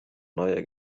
neue